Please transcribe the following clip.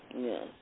Yes